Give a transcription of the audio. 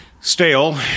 stale